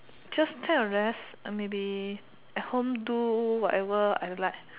just take a rest uh maybe at home do whatever I like